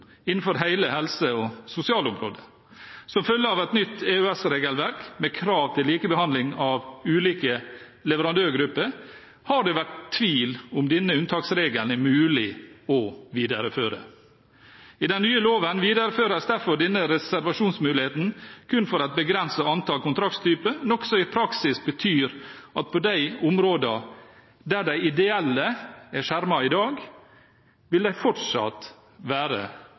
innenfor hele helse- og sosialområdet. Som følge av et nytt EØS-regelverk med krav til likebehandling av ulike leverandørgrupper har det vært tvil om denne unntaksregelen er mulig å videreføre. I den nye loven videreføres derfor denne reservasjonsmuligheten kun for et begrenset antall kontraktstyper, noe som i praksis betyr at på de områdene der de ideelle er skjermet i dag, vil de fortsatt være